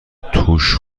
توش